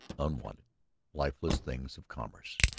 unwanted, lifeless things of commerce.